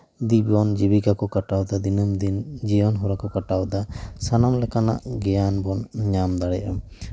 ᱡᱤᱵᱚᱱ ᱡᱤᱵᱤᱠᱟ ᱠᱚ ᱠᱟᱴᱟᱣ ᱮᱫᱟ ᱫᱤᱱᱟᱹᱢ ᱫᱤᱱ ᱡᱤᱭᱚᱱ ᱦᱚᱨᱟ ᱠᱚ ᱠᱟᱴᱟᱣ ᱮᱫᱟ ᱥᱟᱱᱟᱢ ᱞᱮᱠᱟᱱᱟᱜ ᱜᱮᱭᱟᱱ ᱵᱚᱱ ᱧᱟᱢ ᱫᱟᱲᱮᱭᱟᱜᱼᱟ